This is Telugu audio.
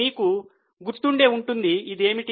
మీకు గుర్తుండే ఉంటుంది ఇది ఏమిటి